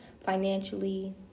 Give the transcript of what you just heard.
financially